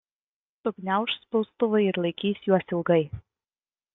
sugniauš spaustuvai ir laikys juos ilgai